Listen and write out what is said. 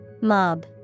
Mob